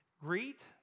Greet